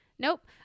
Nope